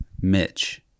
Mitch